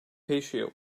patio